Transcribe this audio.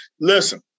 listen